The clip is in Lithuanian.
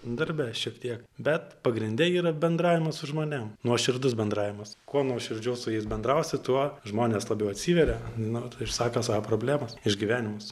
darbe šiek tiek bet pagrinde yra bendravimas su žmonėm nuoširdus bendravimas kuo nuoširdžiau su jais bendrausi tuo žmonės labiau atsiveria na vat išsako savo problemas išgyvenimus